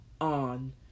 on